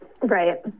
right